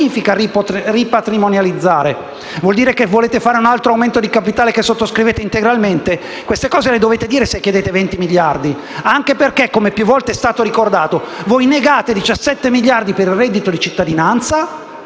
significa ripatrimonializzare? Vuol dire che volete fare un altro aumento di capitale che sottoscrivete integralmente? Queste cose le dovete dire se chiedete 20 miliardi anche perché, come più volte è stato ricordato, voi negate 17 miliardi per il reddito di cittadinanza